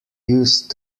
used